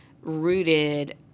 rooted